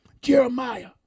Jeremiah